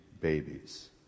babies